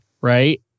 Right